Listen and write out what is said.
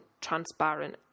transparent